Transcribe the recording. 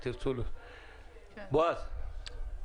פרסום, --- בועז, בבקשה.